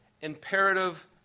imperative